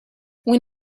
when